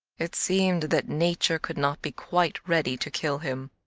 it seemed that nature could not be quite ready to kill him.